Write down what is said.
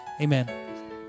amen